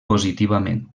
positivament